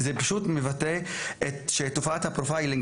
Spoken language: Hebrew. זה פשוט מבטא שתופעת ה"פרופיילינג"